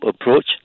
approach